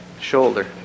shoulder